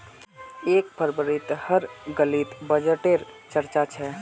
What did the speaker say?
एक फरवरीत हर गलीत बजटे र चर्चा छ